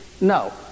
no